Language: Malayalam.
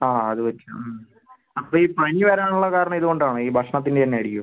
ആ അത് പറ്റും അപ്പം ഈ പനി വരാനുള്ള കാരണം ഇതുകൊണ്ടാണോ ഈ ഭക്ഷണത്തിൻ്റെ തന്നെ ആയിരിക്കുവോ